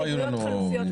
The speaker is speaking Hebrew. לא היו לנו דיונים.